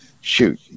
shoot